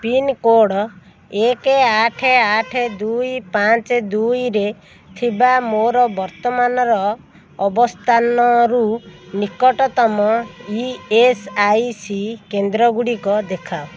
pincode ଏକ ଆଠ ଆଠ ଦୁଇ ପାଞ୍ଚ ଦୁଇରେ ଥିବା ମୋର ବର୍ତ୍ତମାନର ଅବସ୍ଥାନରୁ ନିକଟତମ ଇ ଏସ୍ ଆଇ ସି କେନ୍ଦ୍ର ଗୁଡ଼ିକ ଦେଖାଅ